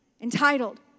entitled